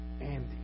Andy